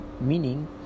meaning